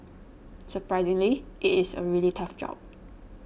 surprisingly it is a really tough job